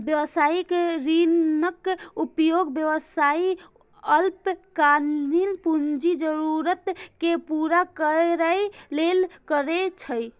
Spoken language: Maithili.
व्यावसायिक ऋणक उपयोग व्यवसायी अल्पकालिक पूंजी जरूरत कें पूरा करै लेल करै छै